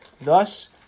Thus